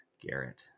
Garrett